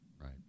right